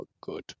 good